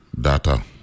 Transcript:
data